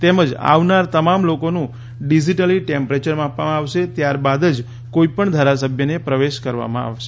તેમજ આવનાર તમામ લોકોનું ડિજીટલી ટેમ્પરેચર માપવામાં આવશે ત્યાર બાદ જ કોઇ પણ ધારાસભ્યને પ્રવેશ આપવામાં આવશે